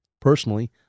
personally